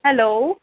hello